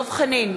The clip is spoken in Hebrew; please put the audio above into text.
דב חנין,